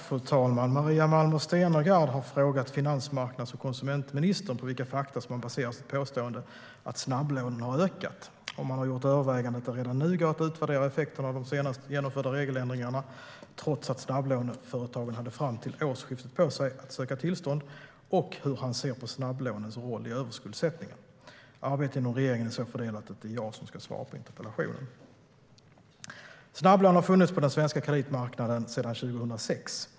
Fru talman! Maria Malmer Stenergard har frågat finansmarknads och konsumentministern på vilka fakta som han baserar sitt påstående att snabblånen har ökat, om han gjort övervägandet att det redan nu går att utvärdera effekterna av de senast genomförda regeländringarna, trots att snabblåneföretagen hade fram till årsskiftet på sig att söka tillstånd, och hur han ser på snabblånens roll i överskuldsättningen. Arbetet inom regeringen är så fördelat att det är jag som ska svara på interpellationen. Snabblån har funnits på den svenska kreditmarknaden sedan 2006.